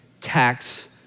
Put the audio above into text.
tax